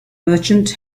merchant